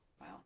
wow